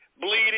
bleeding